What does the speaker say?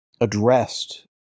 addressed